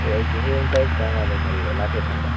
ꯑꯣ ꯑꯩꯁꯦ ꯍꯌꯦꯡ ꯇꯥꯔꯤꯛ ꯇꯔꯥ ꯃꯉꯥꯗ ꯃꯣꯔꯦꯗ ꯂꯥꯛꯀꯦ ꯈꯟꯕ